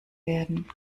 werden